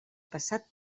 passat